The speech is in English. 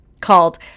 called